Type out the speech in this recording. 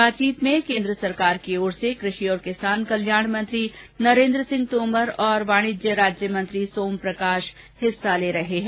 बातचीत में केन्द्र सरकार की ओर से कृषि और किसान कल्याण मंत्री नरेन्द्र सिंह तोमर और वाणिज्य राज्यमंत्री सोमप्रकाश हिस्सा ले रहे हैं